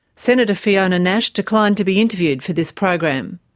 senator fiona nash declined to be interviewed for this program.